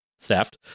Theft